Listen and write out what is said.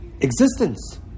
existence